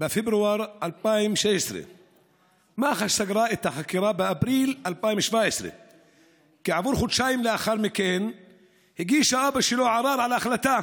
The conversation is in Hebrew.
בפברואר 2016. מח"ש סגרה את החקירה באפריל 2017. חודשיים לאחר מכן הגיש האבא שלו ערר על ההחלטה